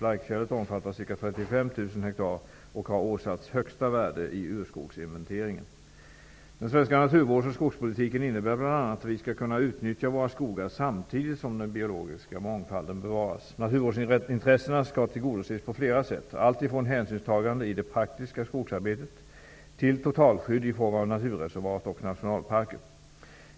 Blaikfjället omfattar ca 35 000 hektar och har åsatts högsta värde i urskogsinventeringen. Den svenska naturvårds och skogspolitiken innebär bl.a. att vi skall kunna utnyttja våra skogar samtidigt som den biologiska mångfalden bevaras. Naturvårdsintressena skall tillgodoses på flera sätt, allt ifrån hänsynstagande i det praktiska skogsarbetet till totalskydd i form av naturreservat och nationalparker.